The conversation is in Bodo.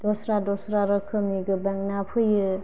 दसरा दसरा रोखोमनि गोबां ना फैयो